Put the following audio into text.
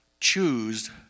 choose